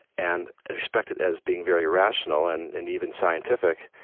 and respected as being very rational, and and even scientific.